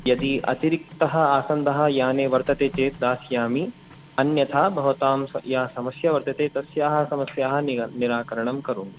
यदि अतिरिक्तः आसन्दः यानि वर्तते चेत् दास्यामि अन्यथा भवतां स या समस्या वर्तते तस्याः समस्याः निराकरणं करोमि